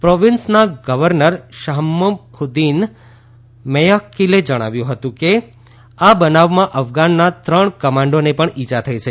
પ્રોવિન્સના governor Shah Mahmood Miakhel જણાવ્યું છે કે આ બનાવમાં અફઘાનના ત્રણ કમાન્ડોને પણ ઇજા થઇ છે